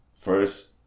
first